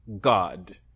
God